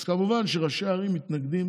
אז כמובן שראשי ערים מתנגדים